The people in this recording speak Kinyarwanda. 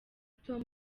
tom